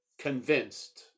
convinced